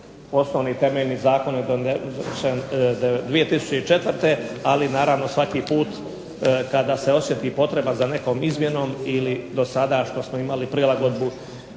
osnovni temeljni zakon je donešen 2004. ali naravno svaki put kada se osjeti potreba za nekom izmjenom ili do sada što smo imali prilagodbu